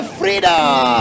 freedom